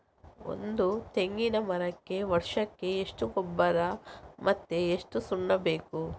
ಒಂದು ತೆಂಗಿನ ಮರಕ್ಕೆ ವರ್ಷಕ್ಕೆ ಎಷ್ಟು ಗೊಬ್ಬರ ಮತ್ತೆ ಎಷ್ಟು ಸುಣ್ಣ ಬೇಕು?